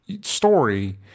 story